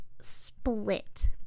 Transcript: split